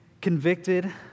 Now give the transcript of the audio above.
convicted